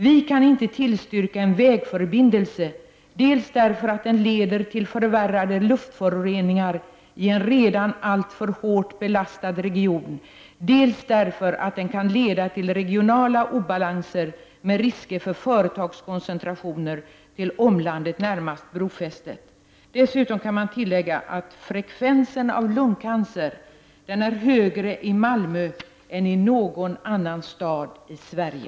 Vi kan inte tillstyrka en vägförbindelse dels därför att den leder till förvärrade luftföroreningar i en redan alltför hårt belastad region, dels därför att den kan leda till regionala obalanser med risk för företagskoncentrationer till omlandet närmast brofästet. Dessutom kan man tillägga att frekvenserna av lungcancer är högre i Malmö än i någon annan stad i Sverige.